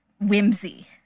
whimsy